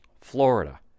Florida